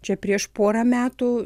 čia prieš porą metų